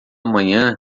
manhã